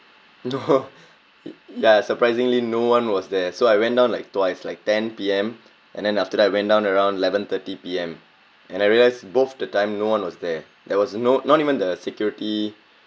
no it ya surprisingly no one was there so I went down like twice like ten P_M and then after that I went down around eleven thirty P_M and I realise both the time no one was there there was no not even the security